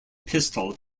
pistol